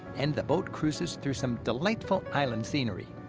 and the boat cruises through some delightful island scenery.